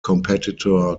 competitor